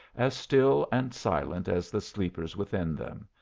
as still and silent as the sleepers within them,